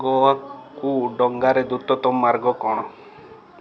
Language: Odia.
ଗୋଆକୁ ଡଙ୍ଗାରେ ଦ୍ରୁତତମ ମାର୍ଗ କ'ଣ